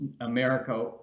america